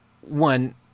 one